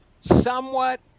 somewhat